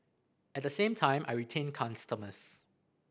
at the same time I retain customers